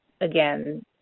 again